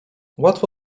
łatwo